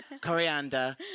coriander